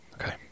Okay